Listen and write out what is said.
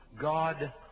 God